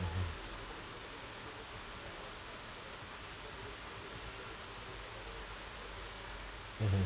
hmm mmhmm